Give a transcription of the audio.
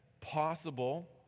possible